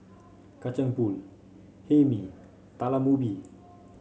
Kacang Pool Hae Mee Talam Ubi